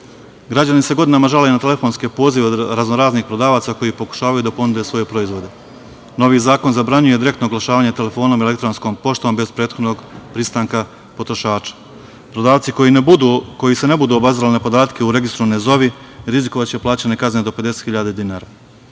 Građani se godinama žale na telefonske pozive od raznoraznih prodavaca koji pokušavaju da ponude svoje proizvode. Novi zakon zabranjuje direktno oglašavanje telefonom i elektornskom poštom bez prethodnog pristanka potrošača. Prodavci koji se ne budu obazirali na podatke u registru ne zovi, rizikovaće plaćanje kazne do 50 hiljada